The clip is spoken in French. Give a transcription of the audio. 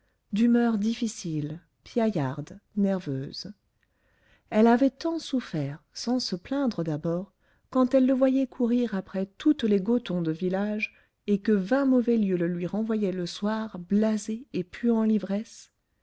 d'humeur difficile piaillarde nerveuse elle avait tant souffert sans se plaindre d'abord quand elle le voyait courir après toutes les gotons de village et que vingt mauvais lieux le lui renvoyaient le soir blasé et puant l'ivresse